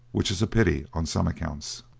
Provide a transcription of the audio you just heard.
which is a pity, on some accounts.